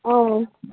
অঁ